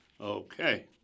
Okay